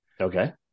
Okay